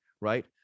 right